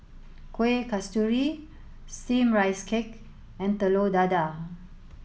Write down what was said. Kueh Kasturi steamed rice cake and Telur Dadah